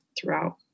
throughout